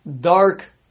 dark